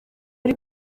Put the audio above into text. ari